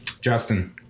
Justin